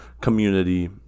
community